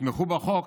יתמכו בחוק,